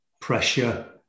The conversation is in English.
pressure